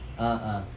ah ah